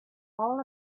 all